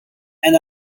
and